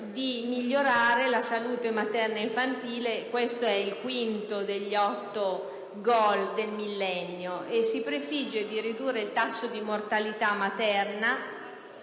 di migliorare la salute materno-infantile - che è il quinto degli otto *goal* del Millennio - e si prefigge di ridurre il tasso di mortalità materna